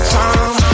time